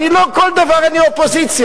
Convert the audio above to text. לא כל דבר אני אופוזיציה.